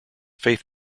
faith